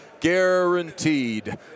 Guaranteed